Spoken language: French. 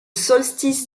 solstice